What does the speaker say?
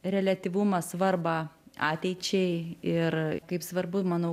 reliatyvumą svarbą ateičiai ir kaip svarbu manau